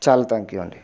చాలా thank you అండి